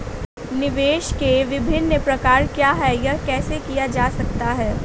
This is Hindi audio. निवेश के विभिन्न प्रकार क्या हैं यह कैसे किया जा सकता है?